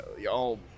y'all